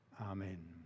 amen